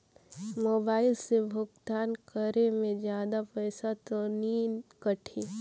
Mobile से भुगतान करे मे जादा पईसा तो नि कटही?